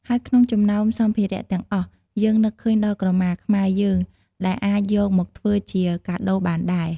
ហើយក្នុងចំណោមសម្ភារះទាំងអស់ យើងនឺកឃើញដល់ក្រមាខ្មែរយើងដែលអាចយកមកធ្វើជាការដូបានដែរ។